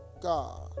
God